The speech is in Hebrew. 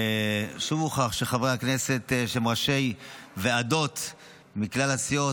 שוב הוכח שחברי הכנסת שהם ראשי ועדות מכלל הסיעות